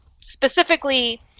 specifically